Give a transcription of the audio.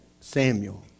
Samuel